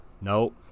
Nope